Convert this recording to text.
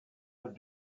have